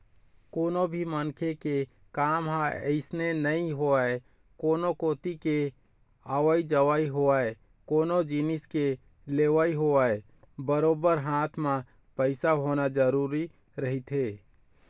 कोनो भी मनखे के काम ह अइसने नइ होवय कोनो कोती के अवई जवई होवय कोनो जिनिस के लेवई होवय बरोबर हाथ म पइसा होना जरुरी रहिथे